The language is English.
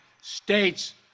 States